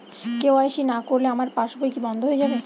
KYC না করলে আমার পাশ বই কি বন্ধ হয়ে যাবে?